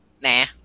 Nah